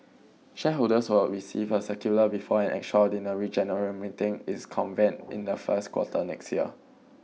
shareholders will receive a circular before an extraordinary general meeting is convened in the first quarter next year